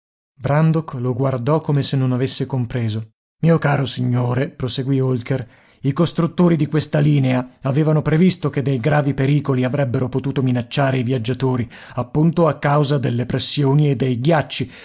carrozzone brandok lo guardò come se non avesse compreso mio caro signore proseguì holker i costruttori di questa linea avevano previsto che dei gravi pericoli avrebbero potuto minacciare i viaggiatori appunto a causa delle pressioni e dei ghiacci